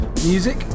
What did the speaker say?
music